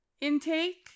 intake